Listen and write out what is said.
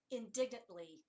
indignantly